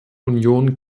union